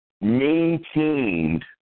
maintained